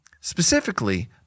Specifically